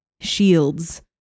shields